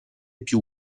più